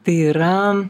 tai yra